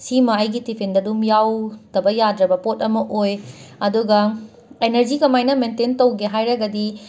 ꯁꯤꯃ ꯑꯩꯒꯤ ꯇꯤꯐꯤꯟꯗ ꯑꯗꯨꯝ ꯌꯥꯎꯗꯕ ꯌꯥꯗ꯭ꯔꯕ ꯄꯣꯠ ꯑꯃ ꯑꯣꯏ ꯑꯗꯨꯒ ꯑꯦꯅꯔꯖꯤ ꯀꯃꯥꯏꯅ ꯃꯦꯟꯇꯦꯟ ꯇꯧꯒꯦ ꯍꯥꯏꯔꯒꯗꯤ